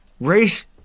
Race